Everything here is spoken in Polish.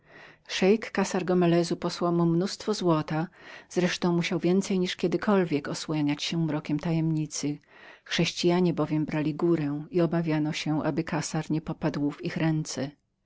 szeik kassar gomelezu posłał mu massę złota z resztą musiał więcej niż kiedykolwiek osłaniać się mrokiem tajemnicy chrześcijanie bowiem brali górę i obawiano się aby kassar nie popadł w ich ręce